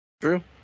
True